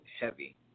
heavy